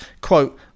Quote